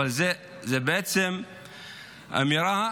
אבל זו בעצם אמירה